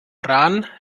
rahn